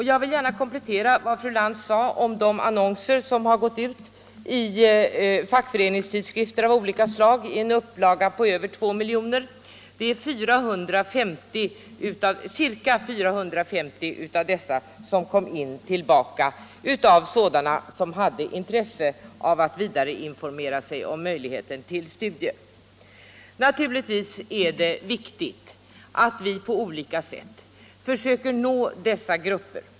Jag vill gärna komplettera vad fru Lantz sade om de annonser som gått ut i fackföreningstidskrifter av olika slag i en upplaga på över två miljoner. Ca 450 av dessa kom in från sådana som hade intresse av att vidareinformera sig om möjligheten till studier. Naturligtvis är det viktigt att vi på olika sätt försöker nå dessa grupper.